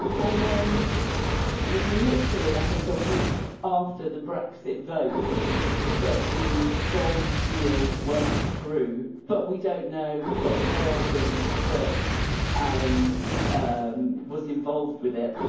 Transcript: and then it was literally, i think a week after the brexit votes that the the gold deal went through. but we don't know. we've got no evidence that ah arron, um, was involved with it.